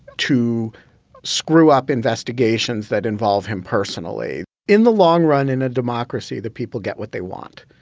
to screw up investigations that involve him personally in the long run, in a democracy, the people get what they want.